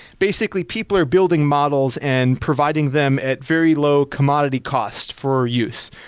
basically, people are building models and providing them at very low commodity cost for use.